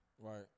Right